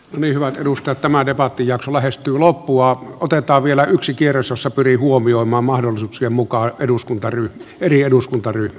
olivat minusta tämä debattijakso lähestyy loppua oteta vielä yksi kierros usa cyril huomioimaan mahdollisuuksien mukaan arvoisa herra puhemies